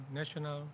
national